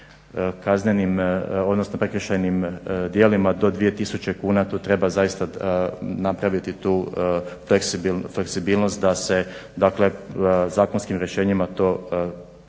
odnosno prekršajnim djelima do 2000 kuna tu treba zaista napraviti tu fleksibilnost da se dakle zakonskim rješenjima učini